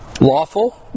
Lawful